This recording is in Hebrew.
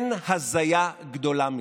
אין הזיה גדולה מזאת.